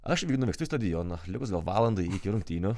aš nuvykstu į stadioną likus gal valandai iki rungtynių